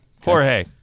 Jorge